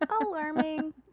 alarming